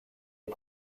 est